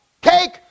cake